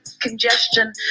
congestion